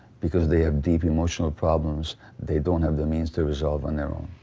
because they have deep emotional problems they don't have the means to resolve on their own.